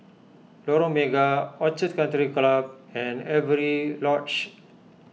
Lorong Mega Orchid Country Club and Avery Lodge